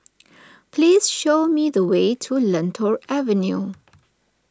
please show me the way to Lentor Avenue